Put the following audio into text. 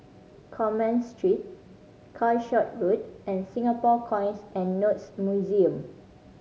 Commerce Street Calshot Road and Singapore Coins and Notes Museum